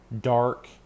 dark